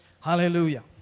Hallelujah